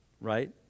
right